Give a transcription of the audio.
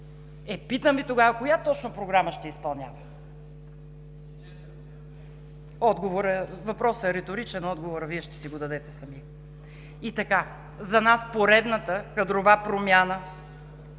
Е, питам Ви тогава: коя точно програма ще изпълнява? Въпросът е риторичен, отговорът ще си го дадете сами. За нас поредната кадрова промяна